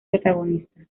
protagonista